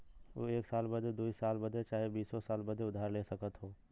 ऊ एक साल बदे, दुइ साल बदे चाहे बीसो साल बदे उधार ले सकत हौ